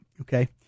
Okay